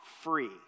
free